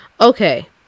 Okay